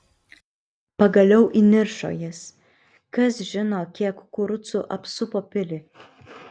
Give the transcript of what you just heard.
pagaliau įniršo jis kas žino kiek kurucų apsupo pilį